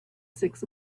six